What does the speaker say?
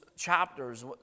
chapters